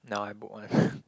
now I book one